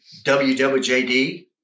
WWJD